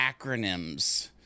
acronyms